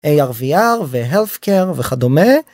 ARVR ו-Health care וכדומה.